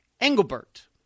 engelbert